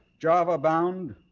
Java-bound